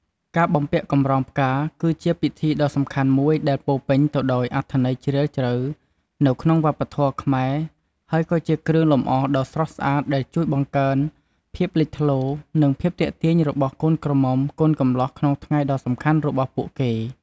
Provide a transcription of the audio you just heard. ការបំពាក់កម្រងផ្កា គឺជាពិធីដ៏សំខាន់មួយដែលពោរពេញទៅដោយអត្ថន័យជ្រាលជ្រៅនៅក្នុងវប្បធម៌ខ្មែរ ហើយក៏ជាគ្រឿងលម្អដ៏ស្រស់ស្អាតដែលជួយបង្កើនភាពលេចធ្លោ និងភាពទាក់ទាញរបស់កូនក្រមុំ កូនកំលោះក្នុងថ្ងៃដ៏សំខាន់របស់ពួកគេ។